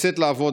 לצאת לעבוד.